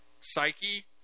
psyche